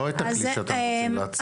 לא את הכלי שאתם רוצים להציע.